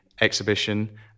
exhibition